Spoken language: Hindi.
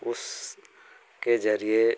उसके जरिए